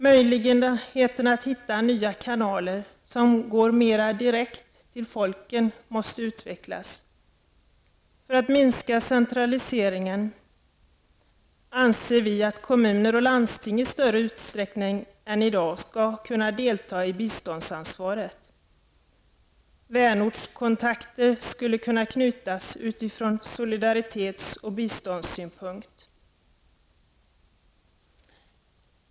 Möjligheter att hitta nya kanaler som går mera direkt till folken måste utvecklas. För att minska centraliseringen anser vi att kommuner och landsting i större utsträckning än i dag skall kunna delta i biståndsansvaret. Vänortskontakter skulle kunna knytas utifrån solidaritets och biståndssynpunkt.